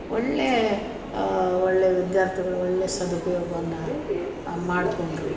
ಒಳ್ಳೆಯ ಒಳ್ಳೆಯ ವಿದ್ಯಾರ್ಥಿಗಳು ಒಳ್ಳೆಯ ಸದುಪಯೋಗವನ್ನು ಮಾಡಿಕೊಂಡ್ರು